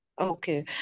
Okay